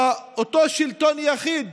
באותו שלטון יחיד